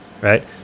Right